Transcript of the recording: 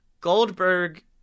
Goldberg